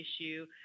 issue